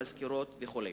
מזכירות וכו'.